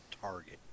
Target